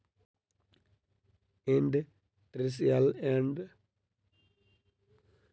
industrial and commercial bank of China, विश्व के सब सॅ पैघ बैंक अछि